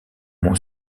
mont